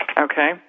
okay